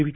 V